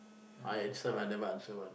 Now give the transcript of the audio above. I this one I never answer one